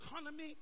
economy